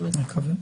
מקווים.